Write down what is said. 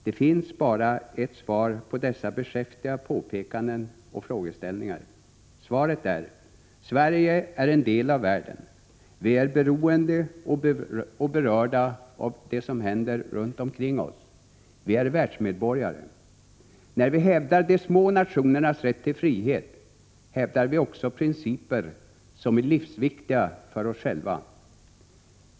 Det finns bara ett svar på dessa bekäftiga påpekanden och frågeställningar: Sverige är en del av världen. Vi är beroende och berörda av det som händer runt omkring oss. Vi är världsmedborgare. När vi hävdar de små nationernas rätt till frihet, hävdar vi också principer som är livsviktiga för oss själva.